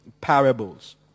parables